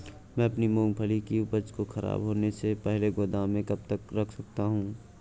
मैं अपनी मूँगफली की उपज को ख़राब होने से पहले गोदाम में कब तक रख सकता हूँ?